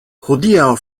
hodiaŭ